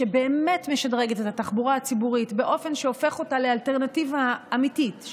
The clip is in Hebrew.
שבאמת משדרגת את התחבורה הציבורית באופן שהופך אותה לאלטרנטיבה אמיתית,